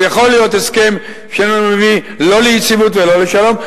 ויכול להיות הסכם שאיננו מביא לא ליציבות ולא לשלום,